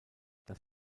das